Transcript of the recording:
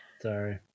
Sorry